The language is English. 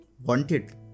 wanted